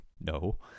No